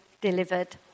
delivered